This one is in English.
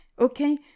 Okay